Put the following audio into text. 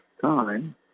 time